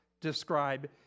describe